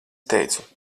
teicu